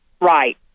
Right